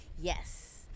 Yes